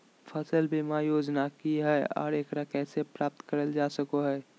फसल बीमा योजना की हय आ एकरा कैसे प्राप्त करल जा सकों हय?